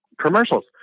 commercials